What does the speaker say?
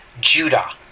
Judah